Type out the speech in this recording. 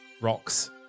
rocks